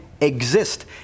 exist